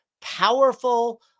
powerful